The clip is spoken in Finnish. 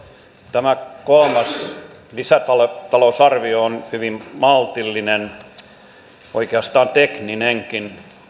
tämä kolmas lisätalousarvio on hyvin maltillinen oikeastaan tekninenkin